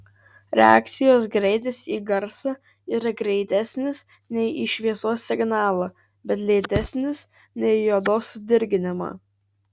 reakcijos greitis į garsą yra greitesnis nei į šviesos signalą bet lėtesnis nei į odos sudirginimą